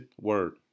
Word